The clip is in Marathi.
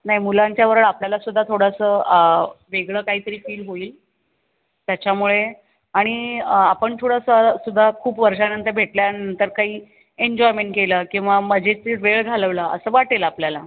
नाही मुलांच्याबरोवर आपल्यालासुद्धा थोडंसं वेगळं काहीतरी फील होईल त्याच्यामुळे आणि आपण थोडंसंसुद्धा खूप वर्षानंतर भेटल्यानंतर काही एन्जॉयमेंट केलं किंवा मजेशीर वेळ घालवला असं वाटेल आपल्याला